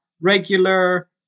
regular